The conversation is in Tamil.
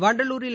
வண்டலூரில்